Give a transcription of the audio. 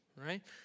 right